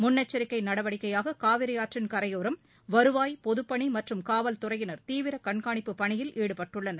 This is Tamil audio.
முன்னெச்சிக்கை நடவடிக்கையாக காவிரி ஆற்றின் கரையோரம் வருவாய் பொதுப்பணி மற்றும் காவல்துறையினர் தீவிர கண்காணிப்பு பணியில் ஈடுபட்டுள்ளனர்